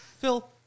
Phil